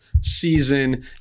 season